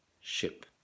ship